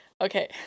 Okay